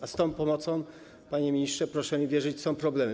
A z tą pomocą, panie ministrze, proszę mi wierzyć, są problemy.